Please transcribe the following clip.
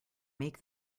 make